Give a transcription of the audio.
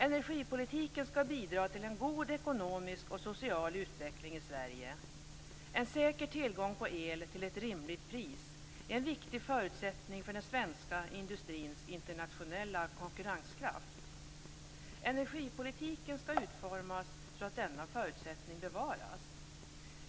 Energipolitiken skall bidra till en god ekonomisk och social utveckling i Sverige. En säker tillgång till el till ett rimligt pris är en viktig förutsättning för den svenska industrins internationella konkurrenskraft. Energipolitiken skall utformas så att denna förutsättning bevaras.